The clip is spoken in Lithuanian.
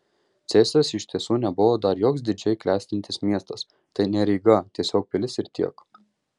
cėsis iš tiesų nebuvo dar joks didžiai klestintis miestas tai ne ryga tiesiog pilis ir tiek